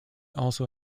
also